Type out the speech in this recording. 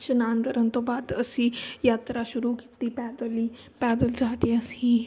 ਇਸ਼ਨਾਨ ਕਰਨ ਤੋਂ ਬਾਅਦ ਅਸੀਂ ਯਾਤਰਾ ਸ਼ੁਰੂ ਕੀਤੀ ਪੈਦਲ ਹੀ ਪੈਦਲ ਜਾ ਕੇ ਅਸੀਂ